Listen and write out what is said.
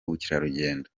ubukerarugendo